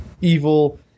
evil